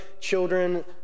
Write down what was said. children